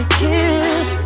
kiss